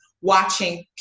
watching